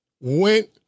went